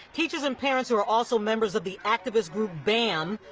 teachers and parents are also members of the activist group bam,